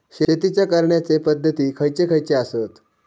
शेतीच्या करण्याचे पध्दती खैचे खैचे आसत?